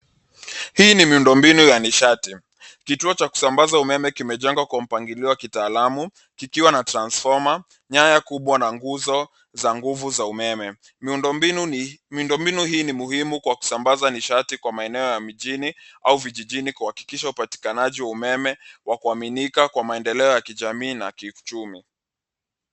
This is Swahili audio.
Hii ni miundombinu ya nishati. Kituo cha kusambaza umeme kimejengwa kwa mpangilio wa kitaalamu kikiwa na transformer , nyaya kubwa na nguzo za nguvu za umeme. Miundombinu hii ni kuhimu kwa kusambaza nishati kwa maeneo ya mijini au vijijini kuhakikisha upatikanaji wa umeme wa kuaminika kwa maendeleo ya kijamii na kiuchumi.